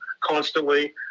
constantly